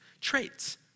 Traits